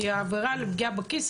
כי העבירה על פגיעה בכיס,